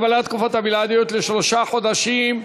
הגבלת תקופת הבלעדיות לשלושה חודשים)